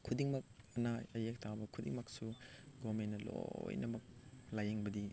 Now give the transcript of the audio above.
ꯈꯨꯗꯤꯡꯃꯛꯅ ꯇꯥꯕ ꯈꯨꯗꯤꯡꯃꯛꯁꯨ ꯒꯣꯕꯔꯃꯦꯟꯅ ꯂꯣꯏꯅꯃꯛ ꯂꯥꯏꯌꯦꯡꯕꯗꯤ